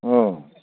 अह